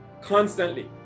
constantly